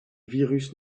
virus